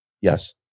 yes